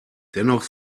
dennoch